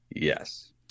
Yes